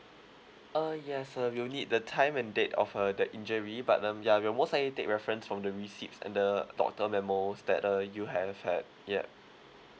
uh yes uh we'll need the time and date of uh the injury but um ya we'll most likely take reference from the receipt and the doctor memos that uh you have had yup